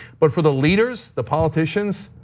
but for the leaders, the politicians,